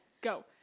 go